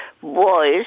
boys